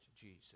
Jesus